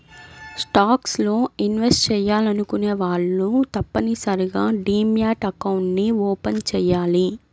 stocks లో invest చెయ్యాలనుకునే వాళ్ళు తప్పనిసరిగా డీమ్యాట్ అకౌంట్ని ఓపెన్ చెయ్యాలి